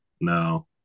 No